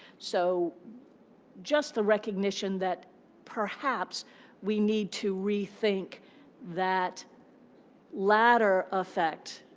so just the recognition that perhaps we need to rethink that ladder effect,